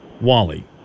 Wally